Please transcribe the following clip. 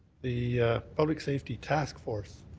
the public safety task force